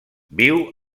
viu